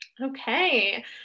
Okay